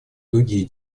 другие